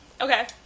Okay